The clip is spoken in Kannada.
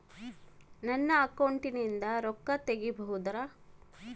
ನನ್ನ ಅಕೌಂಟಿಂದ ರೊಕ್ಕ ತಗಿಬಹುದಾ?